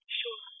sure